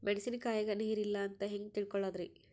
ಮೆಣಸಿನಕಾಯಗ ನೀರ್ ಇಲ್ಲ ಅಂತ ಹೆಂಗ್ ತಿಳಕೋಳದರಿ?